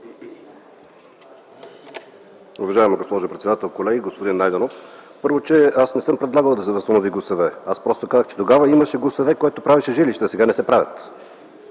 Уважаема госпожо председател, колеги, господин Найденов! Първо, аз не съм предлагал да се възстанови ГУСВ, аз просто казах, че тогава имаше ГУСВ, което правеше жилища, а сега не се правят.